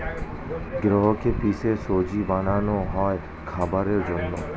গেহুকে পিষে সুজি বানানো হয় খাবারের জন্যে